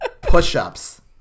Push-ups